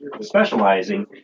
specializing